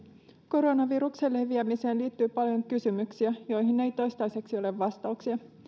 koronaviruksen leviämiseen liittyy paljon kysymyksiä joihin ei toistaiseksi ole vastauksia